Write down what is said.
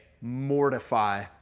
mortify